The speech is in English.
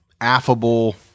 affable